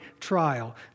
trial